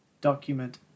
document